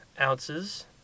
ounces